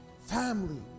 family